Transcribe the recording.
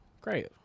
great